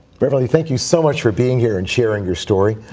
beverly, thank you so much for being here and sharing your story.